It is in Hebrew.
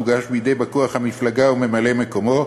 תוגש בידי בא-כוח המפלגה או ממלא מקומו,